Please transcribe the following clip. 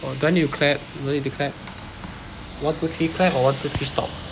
orh do I need to clap no need to clap one two three clap or one two three stop